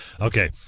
Okay